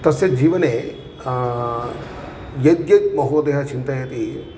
तस्य जीवने यद्यत् महोदयः चिन्तयति